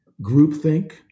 groupthink